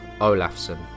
Olafsson